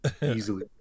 easily